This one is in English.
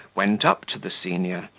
went up to the senior,